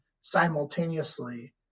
simultaneously